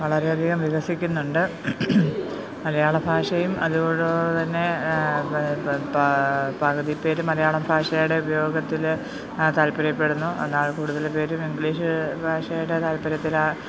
വളരെയധികം വികസിക്കുന്നുണ്ട് മലയാളഭാഷയും അതുപോലെതന്നെ പകുതിപേർ മലയാളഭാഷയുടെ ഉപയോഗത്തിൽ താല്പര്യപ്പെടുന്നു എന്നാൽ കൂടുതൽ പേർ ഇംഗ്ലീഷ് ഭാഷയുടെ താൽപ്പര്യത്തിൽ